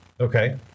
Okay